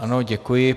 Ano, děkuji.